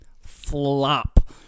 flop